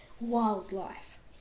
Wildlife